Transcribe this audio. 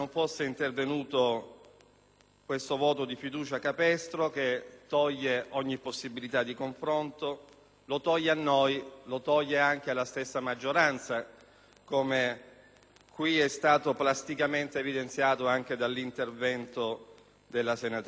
questo voto di fiducia capestro che toglie ogni possibilità di confronto: lo toglie a noi, lo toglie anche alla stessa maggioranza, come qui è stato plasticamente evidenziato dall'intervento della senatrice Mauro.